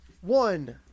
one